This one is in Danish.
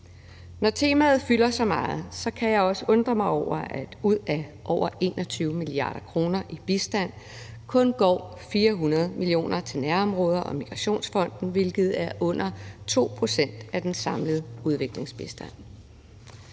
Når temaet fylder så meget, kan jeg også undre mig over, at der ud af over 21 mia. kr. i bistand kun går 400 mio. kr. til Nærområde- og Migrationsfonden, hvilket er under 2 pct. af den samlede udviklingsbistand